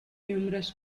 numerous